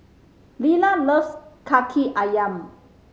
Lilah loves Kaki Ayam